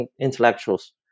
intellectuals